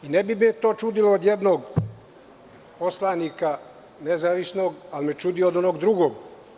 Ne bi me to čudilo od jednog poslanika, nezavisnog, ali me čudi od onog drugog.